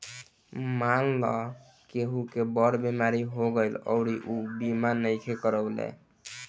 मानल केहु के बड़ बीमारी हो गईल अउरी ऊ बीमा नइखे करवले